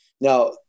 Now